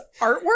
artwork